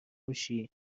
میشی